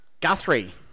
Guthrie